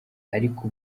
ariko